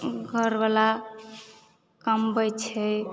घरवला कमबैत छै